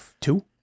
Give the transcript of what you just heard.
Two